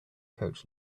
coach